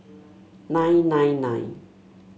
nine nine nine